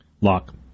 Lock